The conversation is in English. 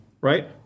right